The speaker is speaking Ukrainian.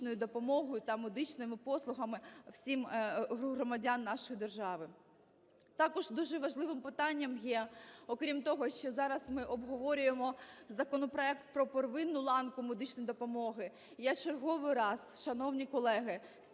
медичною допомогою та медичними послугами всім громадянам нашої держави. Також дуже важливим питанням є, окрім того, що зараз ми обговорюємо законопроект про первинну ланку медичної допомоги, я в черговий раз, шановні колеги,